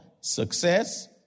Success